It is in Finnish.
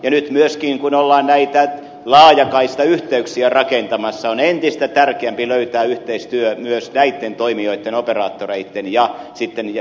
nyt myöskin kun ollaan näitä laajakaistayhteyksiä rakentamassa on entistä tärkeämpi löytää yhteistyö myös näitten toimijoitten operaattoreitten ja siirtoverkkoyhtiöitten kesken